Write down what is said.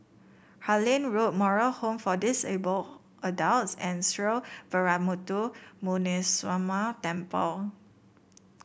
Harlyn Road Moral Home for Disabled Adults and Sree Veeramuthu Muneeswaran Temple